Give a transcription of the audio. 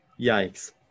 Yikes